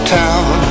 town